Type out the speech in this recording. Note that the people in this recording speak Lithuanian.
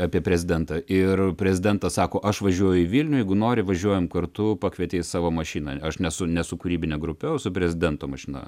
apie prezidentą ir prezidentas sako aš važiuoju į vilnių jeigu nori važiuojam kartu pakvietė į savo mašiną aš nesu ne su kūrybine grupe o su prezidento mašina